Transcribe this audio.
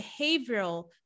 behavioral